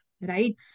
right